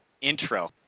intro